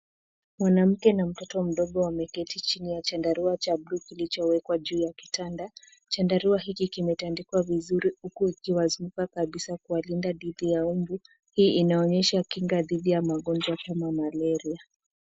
Mwanamke na mtoto mdogo wameketi chini ya chandarua cha buluu kilichowekwa juu ya kitanda. Chandarua hiki kimetandikwa vizuri huku kikiwazunguka kabisaa kuwalinda dhidi ya mbu. Hii inaonyesha kinga dhidi ya magonjwa kama malaria.